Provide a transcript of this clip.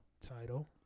Title